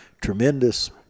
tremendous